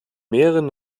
mehreren